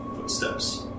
footsteps